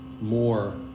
more